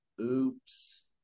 Oops